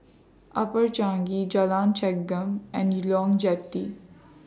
Upper Changi Jalan Chengam and Jetty